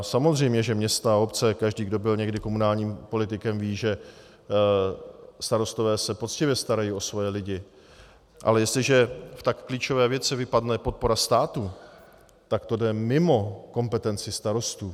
Samozřejmě že města a obce, každý, kdo byl někdy komunálním politikem, ví, že starostové se poctivě starají o svoje lidi, ale jestliže v tak klíčové věci vypadne podpora státu, tak to jde mimo kompetenci starostů.